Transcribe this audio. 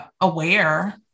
aware